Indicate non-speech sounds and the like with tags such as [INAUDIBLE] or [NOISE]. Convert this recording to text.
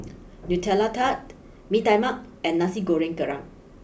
[NOISE] Nutella Tart Mee Tai Mak and Nasi Goreng Kerang